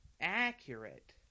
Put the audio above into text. accurate